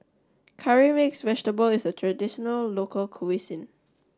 Curry Mixed Vegetable is a traditional local cuisine